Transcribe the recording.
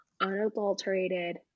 unadulterated